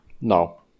No